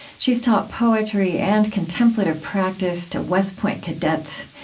she's taught poetry and contemplative practice to west point cadets.